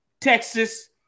Texas